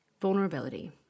Vulnerability